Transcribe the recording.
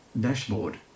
Dashboard